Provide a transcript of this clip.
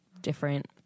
different